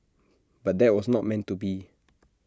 but that was not meant to be